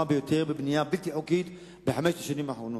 ביותר בבנייה הבלתי-חוקית בחמש השנים האחרונות.